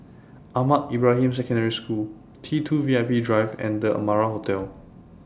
Ahmad Ibrahim Secondary School T two V I P Drive and The Amara Hotel